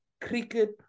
cricket